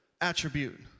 attribute